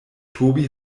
tobi